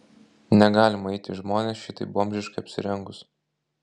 negalima eiti į žmones šitaip bomžiškai apsirengus